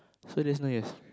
so that's not yes